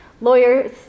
lawyers